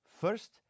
First